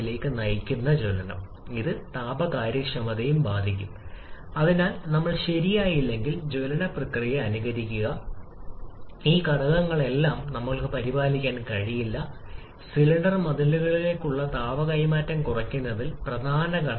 ഒപ്പം ഊർജ്ജ നിലയും താപനില നില വർദ്ധിക്കുന്നു തന്മാത്രകൾ വൈബ്രേറ്റുചെയ്യുന്നു ആറ്റങ്ങളും തന്മാത്രകളും നൽകുന്നു ചില വൈബ്രേറ്റുകളും അവയുടെ വൈബ്രേഷൻ നിലയും വർദ്ധിച്ചുകൊണ്ടിരിക്കുന്നു